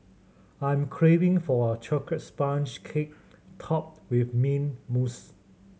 I'm craving for a chocolate sponge cake topped with mint mousse